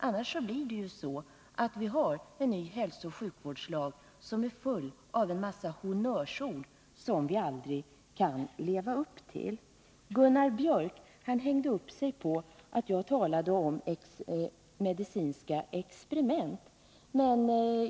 Annars blir det ju så, att vi har en ny hälsooch sjukvårdslag som är full av en mängd honnörsord som vi aldrig kan leva upp till. Gunnar Biörck i Värmdö hängde upp sig på att jag talade om medicinska experiment.